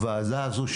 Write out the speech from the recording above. הוועדה הזו,